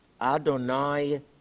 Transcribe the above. Adonai